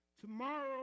Tomorrow